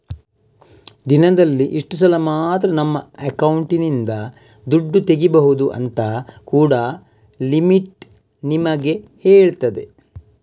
ದಿನದಲ್ಲಿ ಇಷ್ಟು ಸಲ ಮಾತ್ರ ನಮ್ಮ ಅಕೌಂಟಿನಿಂದ ದುಡ್ಡು ತೆಗೀಬಹುದು ಅಂತ ಕೂಡಾ ಲಿಮಿಟ್ ನಮಿಗೆ ಹೇಳ್ತದೆ